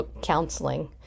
counseling